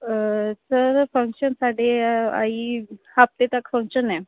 sir function ਸਾਡੇ ਆਹੀ ਹਫ਼ਤੇ ਤੱਕ ਫੰਕਸ਼ਨ ਹੈ